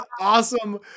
awesome